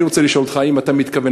אני רוצה לשאול אותך: האם אתה מתכוון